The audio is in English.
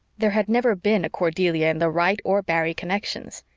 there had never been a cordelia in the wright or barry connections.